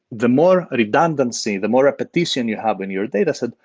the more redundancy, the more repetition you have in your dataset,